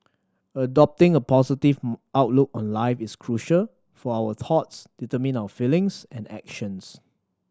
adopting a positive outlook on life is crucial for our thoughts determine our feelings and actions